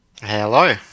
Hello